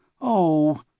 Oh